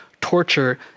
torture